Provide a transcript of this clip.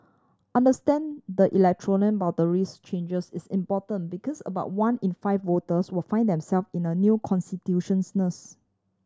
understand the electoral boundaries changes is important because about one in five voters will find themself in a new